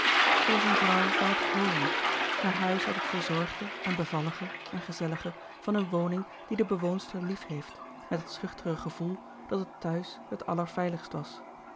ze was een vrouw van het home haar huis had het verzorgde en bevallige en gezellige van een woning die de bewoonster lief heeft met dat schuchtere gevoel dat het thuis het allerveiligst was